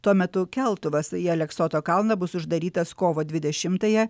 tuo metu keltuvas į aleksoto kalną bus uždarytas kovo dvidešimtąją